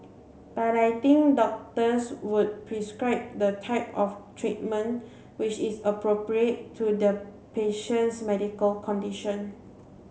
but I think doctors would prescribe the type of treatment which is appropriate to the patient's medical condition